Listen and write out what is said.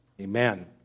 Amen